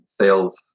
sales